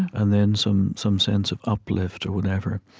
and then some some sense of uplift, or whatever.